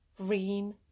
green